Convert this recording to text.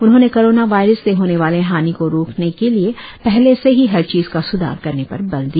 उन्होंने corona virus से होने वाले हानि को रोकने के लिए पहले से ही हर चीज का स्धार करने पर बल दिया